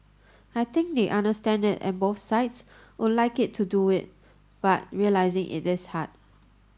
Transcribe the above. I think they understand it and both sides would like it to do it but realising it is hard